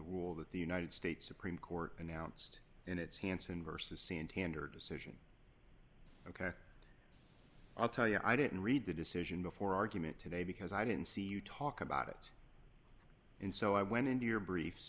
rule that the united states supreme court announced in its hanson versus santander decision ok i'll tell you i didn't read the decision before argument today because i didn't see you talk about it and so i went into your briefs